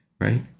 right